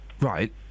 Right